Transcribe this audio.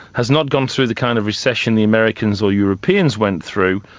has not gone through the kind of recession the americans or europeans went through,